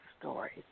stories